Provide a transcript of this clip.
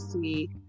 see